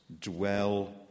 dwell